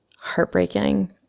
heartbreaking